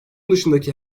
dışındaki